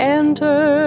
enter